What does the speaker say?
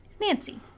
Nancy